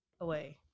away